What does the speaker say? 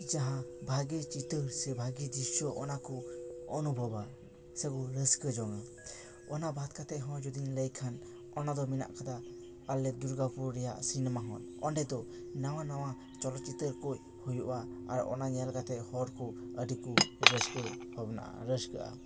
ᱡᱟᱦᱟᱸ ᱵᱷᱟᱹᱜᱤ ᱪᱤᱛᱟᱹᱨ ᱥᱮ ᱵᱷᱟᱹᱜᱤ ᱫᱨᱤᱥᱥᱳ ᱚᱱᱟ ᱠᱚ ᱚᱱᱩᱵᱷᱚᱵᱽᱼᱟ ᱥᱮ ᱠᱚ ᱨᱟᱹᱥᱠᱟᱹ ᱡᱚᱝᱼᱟ ᱚᱱᱟ ᱵᱟᱫᱽ ᱠᱟᱛᱮ ᱦᱚᱸ ᱡᱩᱫᱤᱧ ᱞᱟᱹᱭ ᱠᱷᱟᱱ ᱚᱱᱟᱫᱚ ᱢᱮᱱᱟᱜ ᱠᱟᱫᱟ ᱟᱞᱮ ᱫᱩᱨᱜᱟᱯᱩᱨ ᱨᱮᱭᱟᱜ ᱥᱤᱱᱮᱢᱟ ᱦᱚᱞ ᱚᱸᱰᱮ ᱫᱚ ᱱᱟᱣᱟ ᱱᱟᱣᱟ ᱪᱚᱞᱚᱛᱪᱤᱛᱟᱹᱨ ᱠᱚ ᱦᱩᱭᱩᱜᱼᱟ ᱟᱨ ᱚᱱᱟ ᱧᱮᱞ ᱠᱟᱛᱮ ᱦᱚᱲ ᱠᱚ ᱟᱹᱰᱤ ᱠᱚ ᱨᱟᱹᱥᱠᱟᱹ ᱵᱷᱟᱵᱽᱱᱟᱼᱟ ᱨᱟᱹᱥᱠᱟᱹᱜᱼᱟ